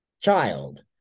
child